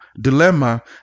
dilemma